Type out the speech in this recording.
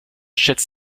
schätzt